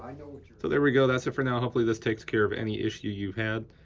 so there we go, that's it for now, hopefully this takes care of any issue you had.